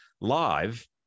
Live